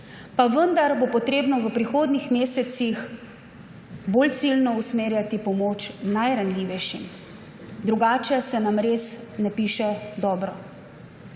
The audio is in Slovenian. Pa vendar bo potrebno v prihodnjih mesecih bolj ciljno usmerjati pomoč najranljivejšim, drugače se nam res ne piše dobro.